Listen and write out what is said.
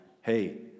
hey